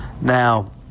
Now